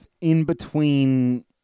in-between